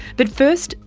but first,